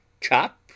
chop